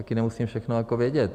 Taky nemusím všechno jako vědět.